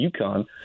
UConn